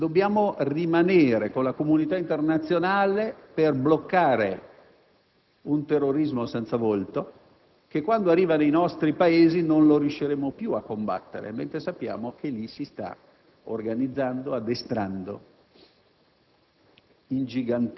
levato; se dobbiamo rimanere con la comunità internazionale per bloccare un terrorismo senza volto, che, quando arriverà nei nostri Paesi, non riusciremo più a combattere, mentre sappiamo che lì si sta organizzando, addestrando,